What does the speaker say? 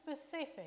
specific